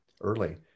early